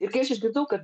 kai aš išgirdau kad